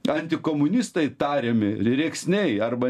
antikomunistai tariami rėksniai arba